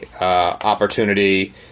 opportunity